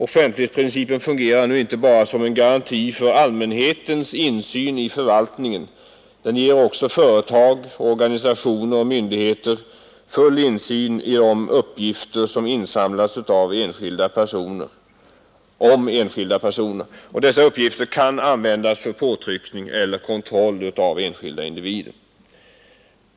Offentlighetsprincipen fungerar nu inte bara som en garanti för allmänhetens insyn i förvaltningen, den ger också företag, organisationer och myndigheter full insyn i de uppgifter som insamlats om enskilda personer. Och dessa uppgifter kan användas för påtryckning på eller kontroll av enskilda individer.